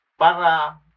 para